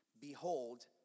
Behold